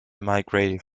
migrated